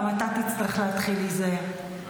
גם אתה תצטרך להתחיל להיזהר.